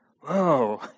whoa